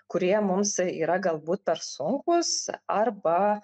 kurie mums yra galbūt per sunkūs arba